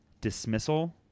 dismissal